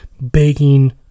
begging